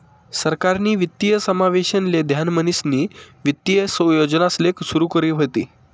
सरकारनी वित्तीय समावेशन ले ध्यान म्हणीसनी वित्तीय योजनासले सुरू करी व्हती